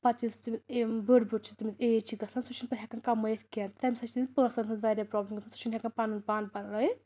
پَتہٕ یُس تٔمس بٔڑ بٔڑ چھِ تٔمِس ایج چھ گَژھان سُہ چھُنہٕ پتہٕ ہیٚکان کمٲوِتھ کینٛہہ تَمہِ سۭتۍ چھ تٔمِس پونٛسن ہٕنٛز واریاہ پرابلم گژھان سُہ چھُنہٕ ہیٚکان پَنُن پان پکنٲوِتھ کینٛہہ